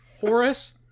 horace